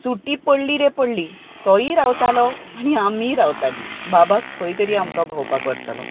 सुटी पडली रे पडली तोय रावतालो आनी आमीय रावताली बाबा खंय तरी आमकां भोंवपाक व्हरतलो